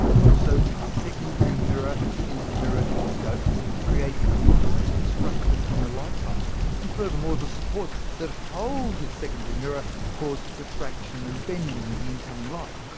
and also the secondary mirror in mirror-telescopes creates a large obstruction in the light path, and furthermore, the supports that hold this secondary mirror cause diffraction and bending of the incoming light.